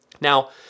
Now